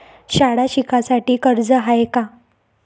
शाळा शिकासाठी कर्ज हाय का?